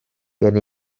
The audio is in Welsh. gen